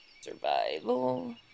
Survival